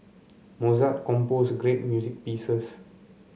Mozart composed great music pieces